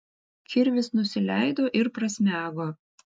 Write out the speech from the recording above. kirvis nusileido ir prasmego